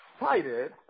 excited